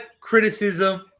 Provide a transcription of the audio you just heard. criticism